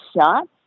shot